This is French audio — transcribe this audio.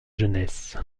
jeunesse